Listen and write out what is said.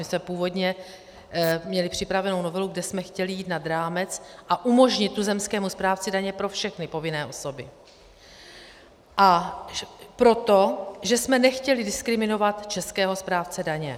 My jsme původně měli připravenou novelu, kde jsme chtěli jít nad rámec a umožnit tuzemskému správci daně pro všechny povinné osoby, a proto, že jsme nechtěli diskriminovat českého správce daně.